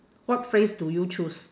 what phrase do you choose